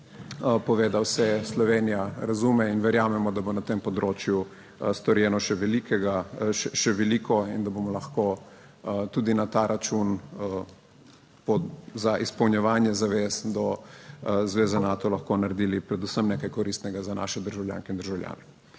povedal, Slovenija razume, in verjamemo, da bo na tem področju storjeno še veliko in da bomo lahko tudi na ta račun za izpolnjevanje zavez do Zveze Nato lahko naredili predvsem nekaj koristnega za naše državljanke in državljane.